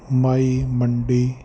MyMandi